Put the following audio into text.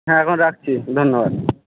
হ্যাঁ এখন রাখছি ধন্যবাদ